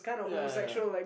ya ya ya